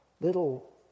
Little